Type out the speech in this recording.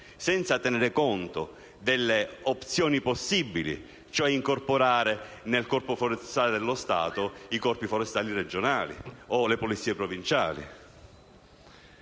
senza tenere conto delle opzioni possibili, cioè incorporare nel Corpo forestale dello Stato i corpi forestali regionali o le polizie provinciali.